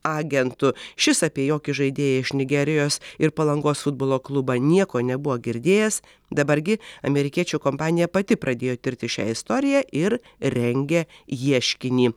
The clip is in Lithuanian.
agentu šis apie jokį žaidėją iš nigerijos ir palangos futbolo klubą nieko nebuvo girdėjęs dabar gi amerikiečių kompanija pati pradėjo tirti šią istoriją ir rengia ieškinį